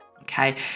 okay